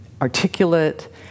articulate